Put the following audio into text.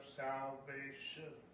salvation